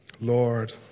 Lord